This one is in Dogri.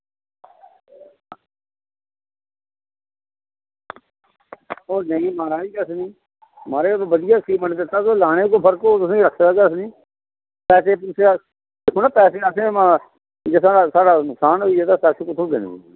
ओह् नेईं महाराज महाराज बधिया सीमेंट दित्ता लाने च कोई फर्क होग रक्खें दा तुसे पैसे पोसे अस पैसे आसे केह् साढ़ा ते नुक्सान होई गेदा ऐपैसे कुत्थो देने ना असें